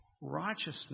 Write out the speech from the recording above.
righteousness